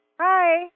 Hi